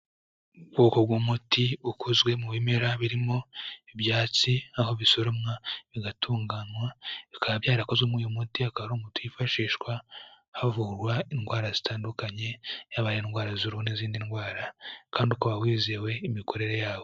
Ubwoko bw'umuti ukozwe mu bimera birimo ibyatsi, aho bisoromwa bigatunganywa bikaba byarakozwe mo uyu muti. Akaba ari umuti wifashishwa havurwa indwara zitandukanye yaba ari indwara z'uruhu n'izindi ndwara kandi ukaba wizewe imikorere yawo.